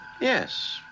Yes